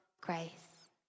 grace